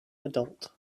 adult